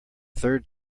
third